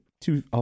two